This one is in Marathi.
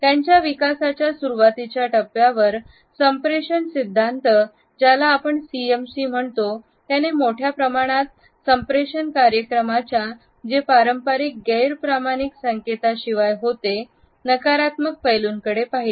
त्यांच्या विकासाच्या सुरुवातीच्या टप्प्यावर संप्रेषण सिद्धांत ज्याला आपण सीएमसी म्हणतो त्याने मोठ्या प्रमाणात संप्रेषण कार्यक्रमाच्या जे पारंपारिक गैर प्रमाणिक संकेतांशिवाय होते नकारात्मक पैलूंकडे पाहिले